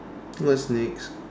what's next